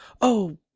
Oh